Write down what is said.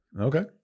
Okay